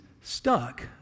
stuck